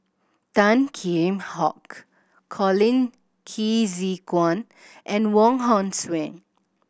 Tan Kheam Hock Colin Qi Zhe Quan and Wong Hong Suen